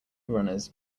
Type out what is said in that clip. runners